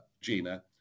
Gina